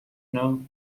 know